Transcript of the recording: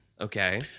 Okay